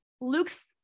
Luke's